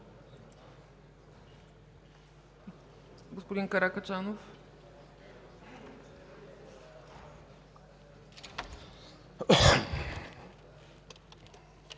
господин Каракачанов.